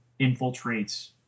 infiltrates